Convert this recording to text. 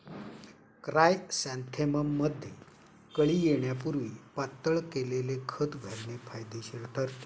क्रायसॅन्थेमममध्ये कळी येण्यापूर्वी पातळ केलेले खत घालणे फायदेशीर ठरते